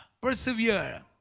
Persevere